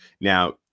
Now